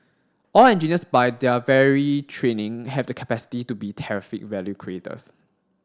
all engineers by their very training have the capacity to be terrific value creators